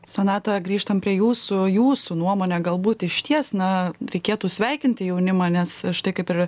sonata grįžtam prie jūsų jūsų nuomone galbūt išties na reikėtų sveikinti jaunimą nes tai kaip ir